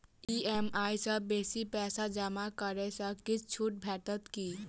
EMI सँ बेसी पैसा जमा करै सँ किछ छुट भेटत की?